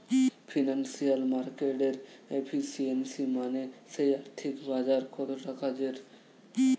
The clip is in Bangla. ফিনান্সিয়াল মার্কেটের এফিসিয়েন্সি মানে সেই আর্থিক বাজার কতটা কাজের